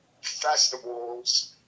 festivals